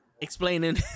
explaining